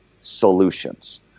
solutions